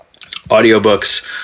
Audiobooks